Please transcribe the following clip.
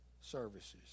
services